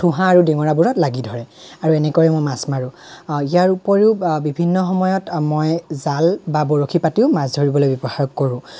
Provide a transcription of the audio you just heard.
থোঁহা আৰু ডিঙৰাবোৰত লাগি ধৰে আৰু এনেকৈয়ে মই মাছ মাৰোঁ ইয়াৰ ওপৰিও বিভিন্ন সময়ত মই জাল বা বৰশী পাতিও মাছ ধৰিবলৈ ব্যৱহাৰ কৰোঁ